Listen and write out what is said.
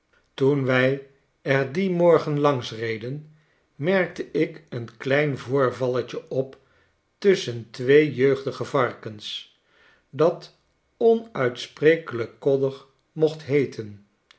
toen wij er dien morgen langs reden merkte ik een klein voorvalletje op tusschen twee jeugdige varkens dat onuitsprekelijk koddig mocht heeten